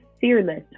Fearless